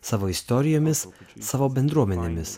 savo istorijomis savo bendruomenėmis